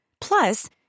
Plus